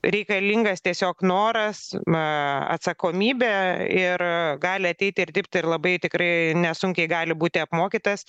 reikalingas tiesiog noras na atsakomybė ir gali ateiti ir dirbti ir labai tikrai nesunkiai gali būti apmokytas